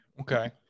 Okay